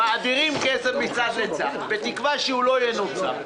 מעבירים כסף מצד לצד, בתקווה שהוא לא ינוצל.